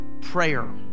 prayer